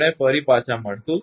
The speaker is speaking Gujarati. આપણે ફરી પાછા મળીશું